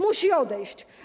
Musi odejść.